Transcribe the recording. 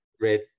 Red